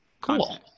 cool